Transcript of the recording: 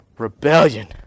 Rebellion